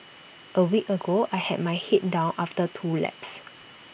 A week ago I had my Head down after two laps